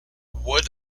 wood